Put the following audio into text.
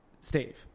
Steve